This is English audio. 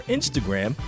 Instagram